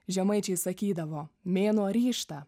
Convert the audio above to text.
žemaičiai sakydavo mėnuo ryžtą